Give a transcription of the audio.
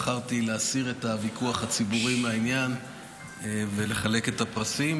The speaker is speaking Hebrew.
בחרתי להסיר את הוויכוח הציבורי מהעניין ולחלק את הפרסים,